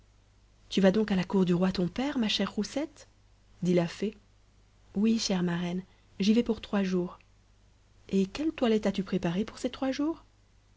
tu vas donc à la cour du roi ton père ma chère rosette dit la fée oui chère marraine j'y vais pour trois jours et quelles toilettes as-tu préparées pour ces trois jours